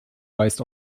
weist